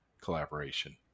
collaboration